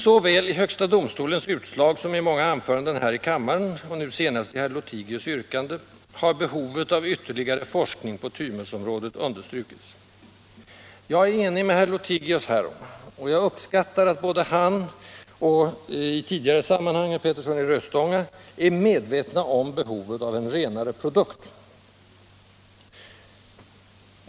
Såväl i högsta domstolens utslag som i många anföranden här i kammaren och, nu senast, i herr Lothigius yrkande har behovet av ytterligare forskning på tymusområdet understrukits. Jag är enig med herr Lothigius härom, och jag uppskattar att både han och, i tidigare sammanhang, herr Petersson i Röstånga är medvetna om behovet av en renare produkt.